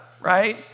right